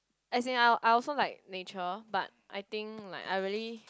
as in I I also like nature but I think like I really